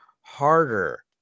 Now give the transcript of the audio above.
harder